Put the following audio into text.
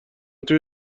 توی